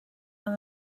aan